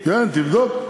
תבדוק.